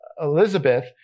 Elizabeth